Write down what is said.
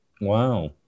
Wow